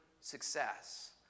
success